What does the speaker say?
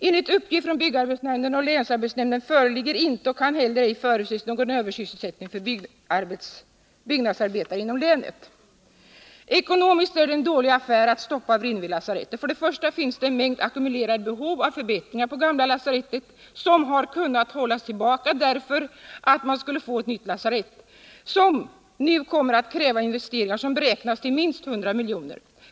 Enligt uppgift från byggarbetsnämnden och länsarbetsnämnden föreligger inte och kan ej heller förutses någon översysselsättning för byggnadsarbetare inom länet. Ekonomiskt är det en dålig affär att stoppa Vrinnevilasarettet. För det första finns det en mängd ackumulerade behov av förbättringar på gamla lasarettet, som har kunnat hållas tillbaka därför att man skulle få ett nytt lasarett, som nu kommer att kräva investeringar som beräknats till minst 100 miljoner.